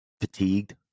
fatigued